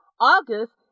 August